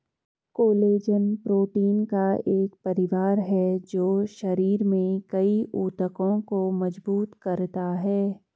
collagen protein का एक परिवार है जो शरीर में कई ऊतकों को मजबूत करता है